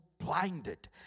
blinded